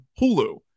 Hulu